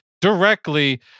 directly